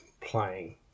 playing